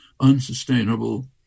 unsustainable